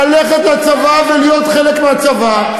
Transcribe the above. ללכת לצבא ולהיות חלק מהצבא.